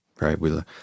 right